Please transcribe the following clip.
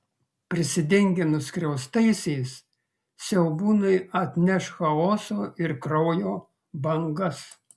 prisidengę nuskriaustaisiais siaubūnai atneš chaoso ir kraujo bangas